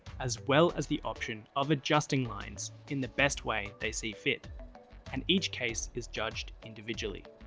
as well as the option of adjusting lines in the best way they see fit and each case is judged individually.